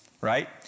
right